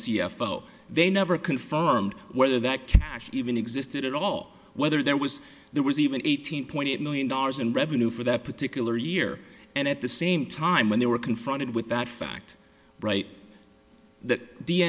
o they never confirmed whether that cash even existed at all whether there was there was even eighteen point eight million dollars in revenue for that particular year and at the same time when they were confronted with that fact right that